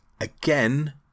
again